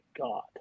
God